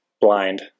blind